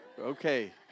Okay